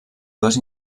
dues